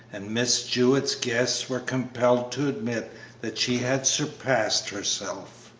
and miss jewett's guests were compelled to admit that she had surpassed herself.